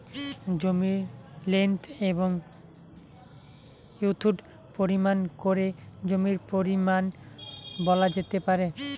জমির লেন্থ এবং উইড্থ পরিমাপ করে জমির পরিমান বলা যেতে পারে